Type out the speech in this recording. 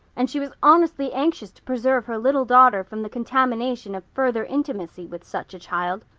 and she was honestly anxious to preserve her little daughter from the contamination of further intimacy with such a child.